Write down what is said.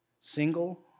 single